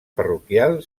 parroquial